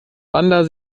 bandar